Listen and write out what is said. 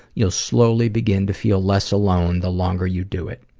you'll slowly begin to feel less alone the longer you do it.